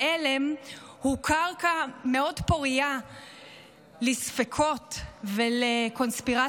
ההלם הוא קרקע מאוד פורייה לספקות ולקונספירציות.